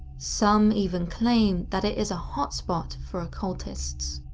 some even claim that it is a hot spot for occultists.